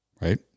right